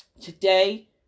today